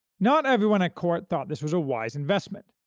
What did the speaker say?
not everyone at court thought this was a wise investment,